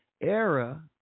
era